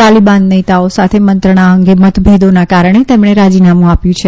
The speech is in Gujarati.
તાલીબાન નેતાઓ સાથે મંત્રણા અંગે મતભેદોના કારણે તેમણે રાજીનામું આપ્યું છે